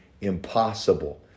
impossible